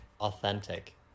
authentic